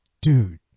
dude